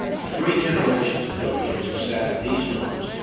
three generations of villagers have sat at these looms,